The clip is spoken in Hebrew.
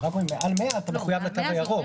הם רק אומרים: מעל 100 אתה מחויב לתו הירוק,